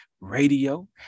radio